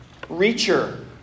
reacher